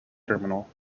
terminal